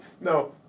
No